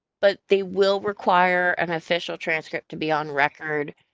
but they will require an official transcript to be on record,